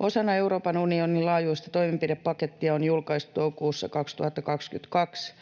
Osana Euroopan unionin laajuista toimenpidepakettia on julkaistu toukokuussa 2022